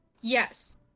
Yes